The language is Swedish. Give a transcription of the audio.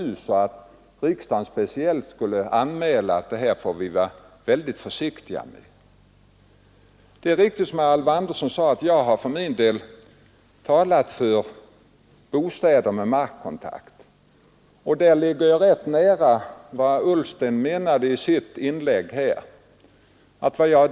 Utskottet förordar enhälligt att regeringen i situationer där det är nödvändigt skall ha möjligheter att göra avskrivning av lån, och det ser jag faktiskt, med de erfarenheter vi nu har fått, som en ganska väsentlig förbättring.